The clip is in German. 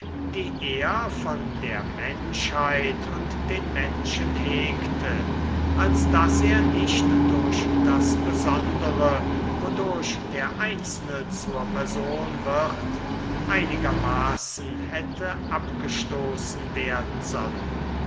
die er von der menschheit und den menschen hegte als daß er nicht durch das besondere wodurch der einzelne zur person wird einigermaßen hätte abgestoßen werden sollen